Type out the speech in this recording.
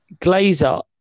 Glazer